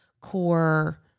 core